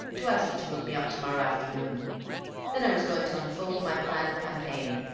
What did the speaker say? to ask you to look me up to-morrow afternoon then i was going to unfold my plan of campaign,